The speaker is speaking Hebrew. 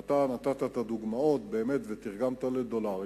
ואתה נתת את הדוגמאות ותרגמת לדולרים.